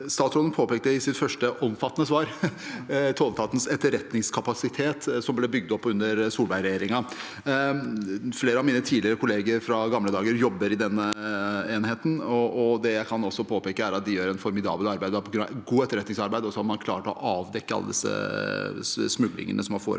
Statsråden påpekte i sitt første omfattende svar tolletatens etterretningskapasitet, som ble bygd opp under Solberg-regjeringen. Flere av mine tidligere kollegaer fra gamle dager jobber i denne enheten, og det jeg også kan påpeke, er at de gjør et formidabelt arbeid og et godt etterretningsarbeid, og man har klart å avdekke alle disse narkotikasmuglingene som har foregått.